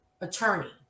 attorney